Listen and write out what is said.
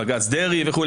בג"ץ דרעי וכו'.